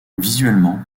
visuellement